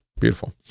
Beautiful